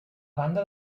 banda